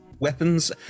Weapons